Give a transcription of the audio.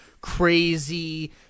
crazy